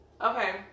Okay